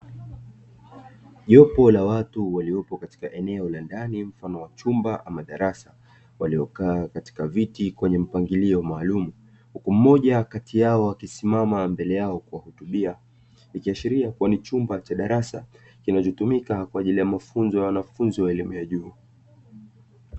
Jopo la watu waliopo katika eneo la ndani mfano wa chumba ama madarasa, waliokaa katika viti kwenye mpangilio maalumu huku mmoja kati yao wakisimama mbele yao kuwahutubia, ikiashiria kuwa ni chumba cha darasa kinachotumika kwa ajili ya mafunzo ya wanafunzi wa elimu ya juu.